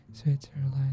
Switzerland